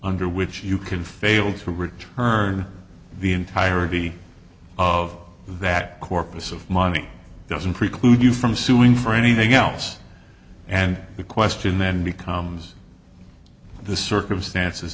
under which you can fail to return the entirety of that corpus of money doesn't preclude you from suing for anything else and the question then becomes the circumstances